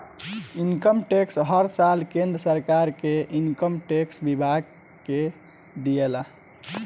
income tax हर साल केंद्र सरकार के इनकम टैक्स विभाग के दियाला